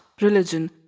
religion